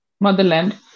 motherland